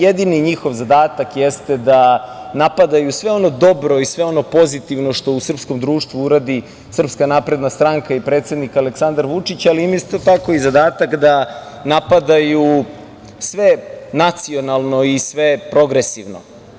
Jedini njihov zadatak jeste da napadaju sve ono dobro i sve ono pozitivno što u srpskom društvu uradi Srpska napredna stranka i predsednik Aleksandar Vučić, ali isto tako i zadatak da napadaju sve nacionalno i sve progresivno.